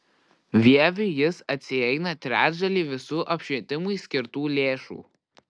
vieviui jis atsieina trečdalį visų apšvietimui skirtų lėšų